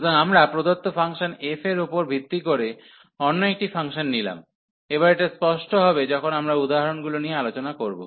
সুতরাং আমরা প্রদত্ত ফাংশন f এর উপর ভিত্তি করে অন্য একটি ফাংশন নিলাম এবার এটা স্পষ্ট হবে যখন আমরা উদাহরণগুলি নিয়ে আলোচনা করব